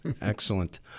Excellent